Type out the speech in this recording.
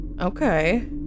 Okay